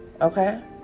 Okay